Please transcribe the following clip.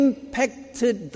Impacted